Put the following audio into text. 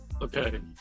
Okay